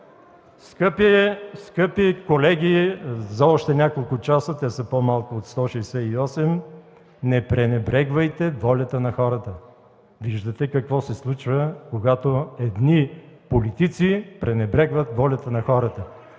Скъпи колеги, за още няколко часа, те са по-малко от 168: не пренебрегвайте волята на хората! Виждате какво се случва, когато едни политици пренебрегват волята на хората.